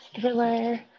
thriller